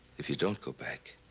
if you don't go back,